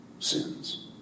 Sins